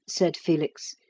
said felix,